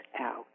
out